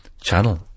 channel